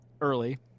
early